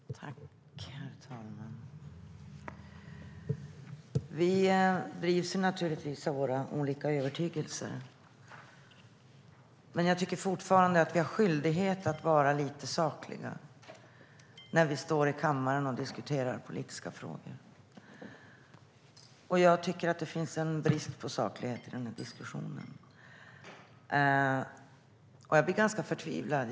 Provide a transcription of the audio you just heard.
Herr talman! Vi drivs naturligtvis av våra olika övertygelser. Men vi har fortfarande skyldighet att vara lite sakliga när vi står i kammaren och diskuterar politiska frågor. Jag tycker att det finns en brist på saklighet i den här diskussionen. Jag blir ganska förtvivlad.